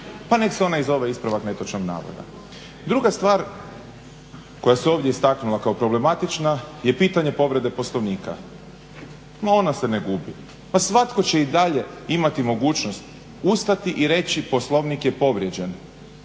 pa neka se ona zove i ispravak netočnog navoda. Druga stvar koja se ovdje istaknula kao problematična je pitanje povrede Poslovnika, no ona se ne gubi. Pa svatko će i dalje imati mogućnosti ustati i reći, Poslovnik je povrijeđen